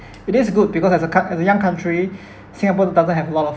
it is good because as a coun~ as a young country singapore do~ doesn't have a lot of